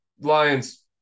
Lions